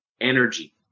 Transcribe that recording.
energy